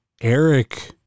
Eric